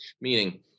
Meaning